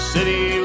City